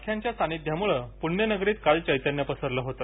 पालख्यांच्या सानिध्यामूळ पुण्यनगरीत चैतन्य पसरलं होत